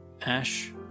Ash